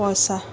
পইচা